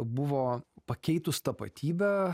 buvo pakeitus tapatybę